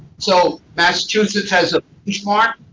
so massachusetts has a benchmark,